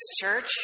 church